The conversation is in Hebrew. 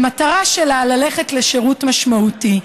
המטרה שלה הייתה ללכת לשירות משמעותי.